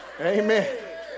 Amen